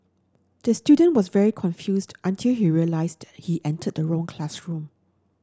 the student was very confused until he realised he entered the wrong classroom